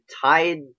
tied